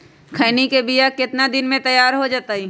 खैनी के बिया कितना दिन मे तैयार हो जताइए?